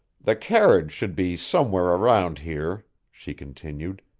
the carriage should be somewhere around here, she continued,